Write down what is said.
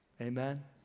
Amen